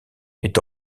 est